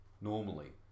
normally